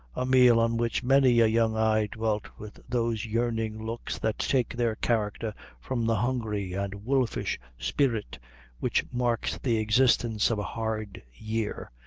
a meal on which many a young eye dwelt with those yearning looks that take their character from the hungry and wolfish spirit which marks the existence of a hard year,